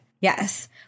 Yes